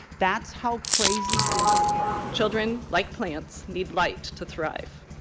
that's how crazy busy it is children, like plants, need light to thrive